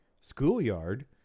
Schoolyard